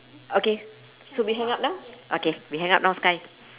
okay so we hang up now okay we hang up now sky